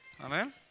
Amen